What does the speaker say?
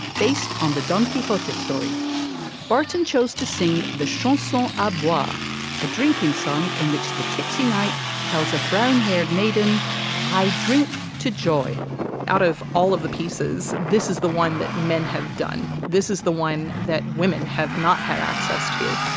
based on the don quixote story barton chose to sing the show so ah bois a drinking song in which the tipsy knight tells a brown haired maiden i drink to joy out of all of the pieces this is the one that men have done. this is the one that women have not had access to.